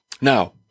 Now